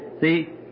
See